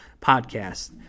podcast